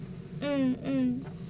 mm mm